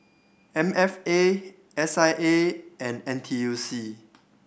M F A S I A and N T U C